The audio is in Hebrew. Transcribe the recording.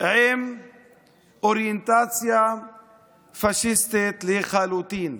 עם אוריינטציה פשיסטית לחלוטין.